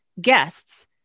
guests